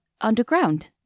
underground